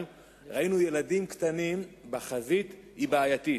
ראינו ילדים קטנים בחזית היא בעייתית.